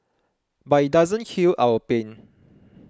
but it doesn't heal our pain